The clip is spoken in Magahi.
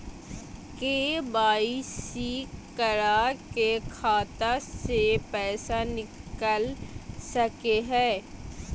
के.वाई.सी करा के खाता से पैसा निकल सके हय?